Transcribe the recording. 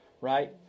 right